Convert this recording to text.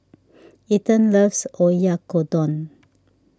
Ethen loves Oyakodon